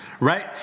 right